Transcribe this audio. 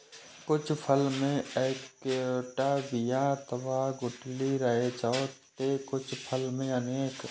कुछ फल मे एक्केटा बिया अथवा गुठली रहै छै, ते कुछ फल मे अनेक